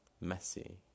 messy